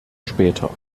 später